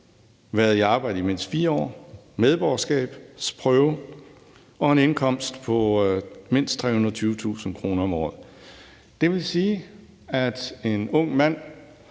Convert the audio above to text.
været i arbejde i mindst 4 år, bestå medborgerskabsprøven og have en indkomst på mindst 320.000 kr. om året. Det vil sige, at en ung mand